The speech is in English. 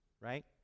Right